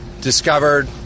discovered